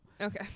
Okay